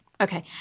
Okay